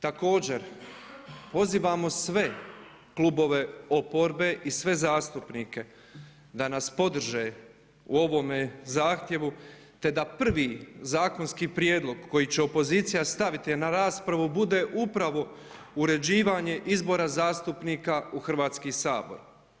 Također, pozivamo sve Klubove oporbe i sve zastupnike da nas podrže u ovome zahtjevu, te da prvi zakonski prijedlog koji će opozicija staviti na raspravu bude upravo uređivanje izbora zastupnika u Hrvatski sabor.